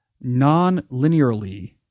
non-linearly